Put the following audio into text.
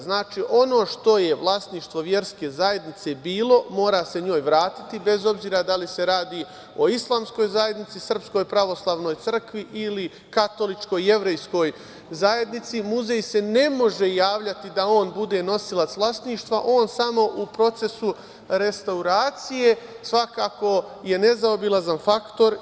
Znači, ono što je vlasništvo verske zajednice bilo mora se njoj vratiti, bez obzira da li se radi o islamskoj zajednici, SPC ili katoličkoj ili jevrejskoj zajednici, muzej se ne može javljati da on bude nosilac vlasništva, on samo u procesu restauracije, svakako je nezaobilazan faktor.